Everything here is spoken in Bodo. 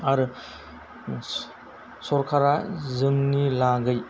आरो सरखारा जोंनि लागै